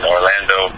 Orlando